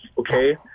okay